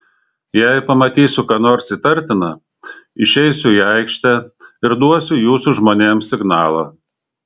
jei pamatysiu ką nors įtartina išeisiu į aikštę ir duosiu jūsų žmonėms signalą